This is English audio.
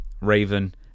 Raven